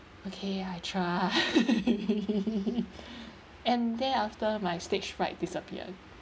okay I try and there after my stage fright disappeared